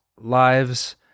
lives